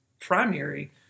primary